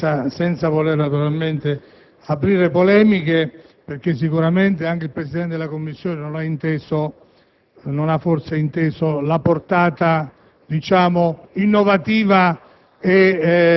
delicatezza, senza voler naturalmente aprire polemiche, perché anche il Presidente della Commissione non ha forse inteso la portata - diciamo - innovativa